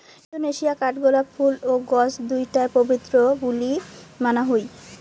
Indonesia কাঠগোলাপ ফুল ও গছ দুইটায় পবিত্র বুলি মানা হই